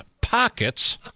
pockets